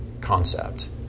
concept